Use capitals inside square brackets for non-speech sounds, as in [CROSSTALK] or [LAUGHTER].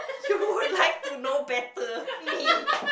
[LAUGHS] who like to know better me